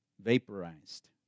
vaporized